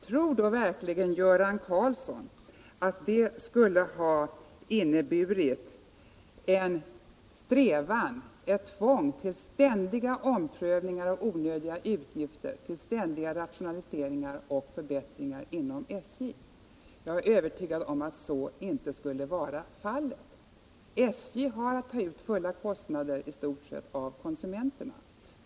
Tror då verkligen Göran Karlsson att det skulle ha inneburit en strävan, ett tvång till ständig omprövning av onödiga utgifter, till ständiga rationaliseringar och förbättringar inom SJ? Jag är övertygad om att så inte skulle vara fallet. SJ har att ta ut fulla kostnader, i stort sett, av konsumenterna.